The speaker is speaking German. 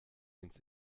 ins